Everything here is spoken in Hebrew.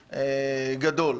גדול.